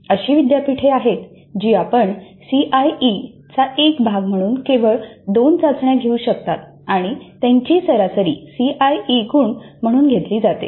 अशी विद्यापीठे आहेत जिथे आपण सीआयईचा एक भाग म्हणून केवळ दोन चाचण्या घेऊ शकता आणि त्यांची सरासरी सीआयई गुण म्हणून घेतली जाते